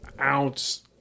ounce